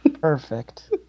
Perfect